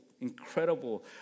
incredible